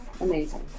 amazing